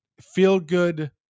feel-good